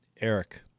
Eric